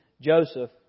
Joseph